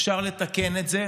אפשר לתקן את זה,